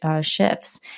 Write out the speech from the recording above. shifts